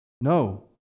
No